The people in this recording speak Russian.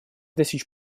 достичь